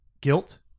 guilt